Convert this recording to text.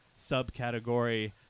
subcategory